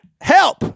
help